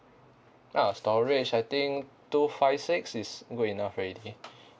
ah storage I think two five six is good enough already